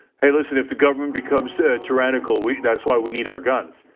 hey, listen if the government becomes tyrannical we that's why we need our guns.